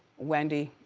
wendy,